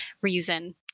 reason